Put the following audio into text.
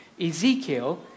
Ezekiel